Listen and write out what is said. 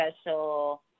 special